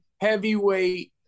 heavyweight